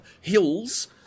hills